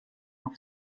auf